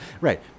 right